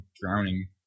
drowning